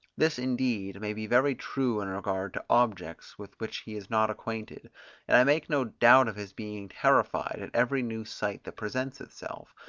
this, indeed, may be very true in regard to objects with which he is not acquainted and i make no doubt of his being terrified at every new sight that presents itself,